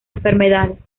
enfermedades